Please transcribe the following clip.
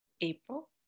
April